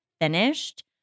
finished